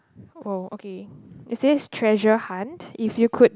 oh okay it says treasure hunt if you could